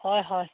হয় হয়